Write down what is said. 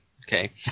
okay